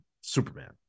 Superman